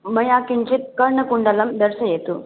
मया किञ्चिद् कर्णकुण्डलं दर्शयतु